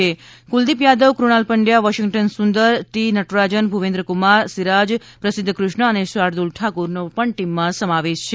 ચહલ Kuldeep Yadav Krunal Pandya Washington Sundar T Natarajan Bhuvneshwar Kumar Siraj Prasidh Krishna અને શાર્દલ ઠાકુર પણ ટીમમાં સામેલ છે